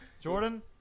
Jordan